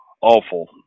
awful